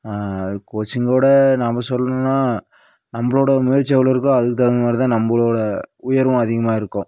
கோச்சிங்கோடு நாம் சொல்லணும்னா நம்மளோட முயற்சி எவ்வளோ இருக்கோ அதுக்கு தகுந்த மாதிரி தான் நம்மளோட உயர்வும் அதிகமாக இருக்கும்